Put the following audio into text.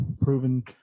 proven